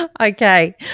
okay